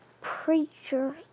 preacher